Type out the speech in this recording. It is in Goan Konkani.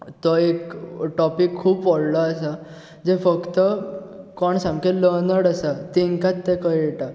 तो एक टॉपीक खूब व्हडलो आसा जे फक्त कोण सामके लनर्ड आसात तेंकाच तें कळटा